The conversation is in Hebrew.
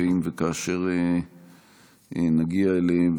אם וכאשר נגיע אליהם,